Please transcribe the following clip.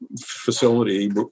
facility